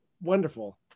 wonderful